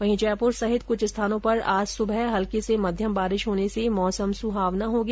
वहीं जयपुर सहित कुछ स्थानों पर आज सुबह हल्की से मध्यम बारिश होने से मौसम सुहावना हो गया